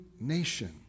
nation